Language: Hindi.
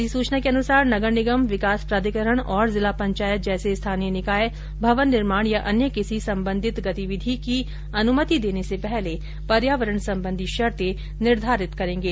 अधिसूचना के अनुसार नगर निगम विकास प्राधिकरण और जिला पंचायत जैसे स्थानीय निकाय भवन निर्माण या अन्य किसी संबंधित गतिविधि की अनुमति देने से पहले पर्यावरण संबंधी शर्ते निर्धारित करेंगे